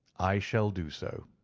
i shall do so.